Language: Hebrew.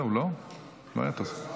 אני קובע כי הצעת חוק השקעות משותפות בנאמנות (תיקון ס' 31),